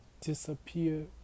disappear